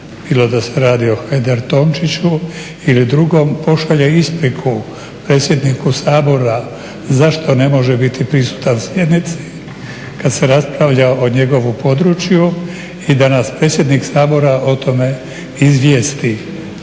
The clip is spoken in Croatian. bilo da se radi o Hajdaš Dončiću ili drugom pošalje ispriku predsjedniku Sabora zašto ne može biti prisutan sjednici kad se raspravlja o njegovu području i da nas predsjednik Sabora o tome izvijesti